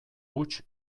huts